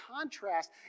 contrast